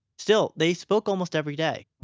still, they spoke almost every day.